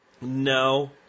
no